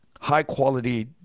high-quality